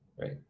right